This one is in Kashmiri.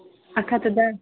اَکھ ہَتھ تہٕ دَہ